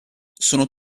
sono